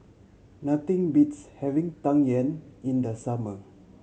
nothing beats having Tang Yuen in the summer